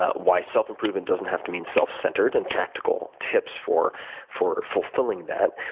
ah why self improvement doesn't have to mean self centered and tactical tips for for fulfilling that.